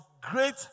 great